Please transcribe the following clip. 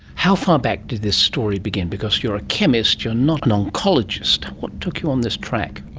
how far back does this story begin? because you're a chemist, you're not an um ecologist, what took you on this track?